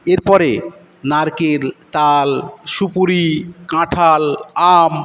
এরপরে নারকেল তাল সুপুরি কাঁঠাল আম